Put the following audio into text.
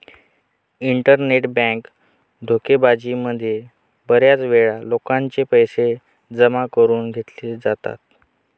internet bank धोकेबाजी मध्ये बऱ्याच वेळा लोकांचे पैसे जमा करून घेतले जातात